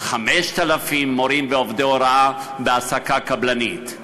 על 5,000 מורים ועובדי הוראה בהעסקה קבלנית.